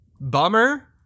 bummer